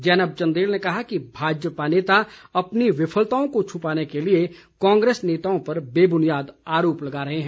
जैनब चंदेल ने कहा कि भाजपा नेता अपनी विफलताओं को छ्पाने के लिए कांग्रेस नेताओं पर बेब्नियाद आरोप लगा रहे हैं